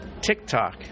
TikTok